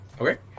Okay